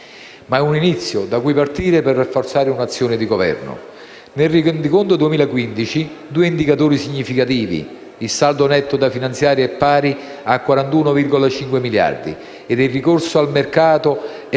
ma è un inizio da cui partire per rafforzare l'azione di Governo. Nel Rendiconto 2015 ci sono due indicatori significativi: il saldo netto da finanziare è pari a 41,5 miliardi e il ricorso al mercato è pari